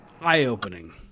eye-opening